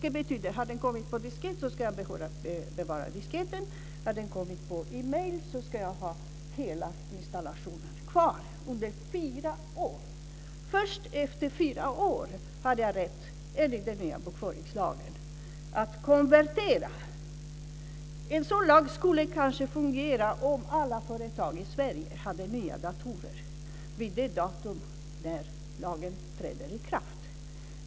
Det betyder att om det har kommit på diskett ska jag bevara disketten och har det kommit med e-mail ska jag ha hela installationen kvar under fyra år. Först efter fyra år har jag enligt den nya bokföringslagen rätt att konvertera. En sådan lag skulle kanske fungera om alla företag i Sverige hade nya datorer vid det datum när lagen träder i kraft.